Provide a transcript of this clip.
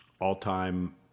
all-time